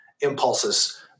impulses